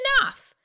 enough